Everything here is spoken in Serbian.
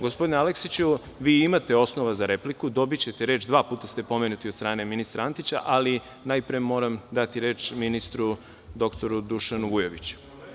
Gospodine Aleksiću, vi imate osnova za repliku, dobićete reč, dva puta ste pomenuti od strane ministra Antića, ali prvo moram dati reč ministru dr Dušanu Vujoviću.